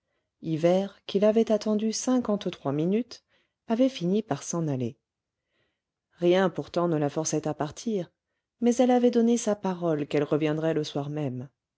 hivert qui l'avait attendue cinquantetrois minutes avait fini par s'en aller rien pourtant ne la forçait à partir mais elle avait donné sa parole qu'elle reviendrait le soir même